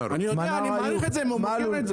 אני יודע, אני מעריך את זה, מוקיר את זה.